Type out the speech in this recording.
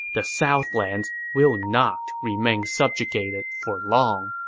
the southlands will not remain subjugated for long.